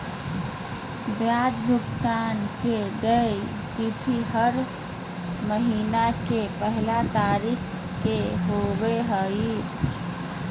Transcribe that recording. ब्याज भुगतान के देय तिथि हर महीना के पहला तारीख़ के होबो हइ